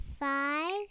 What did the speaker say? Five